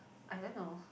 I don't know